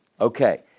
Okay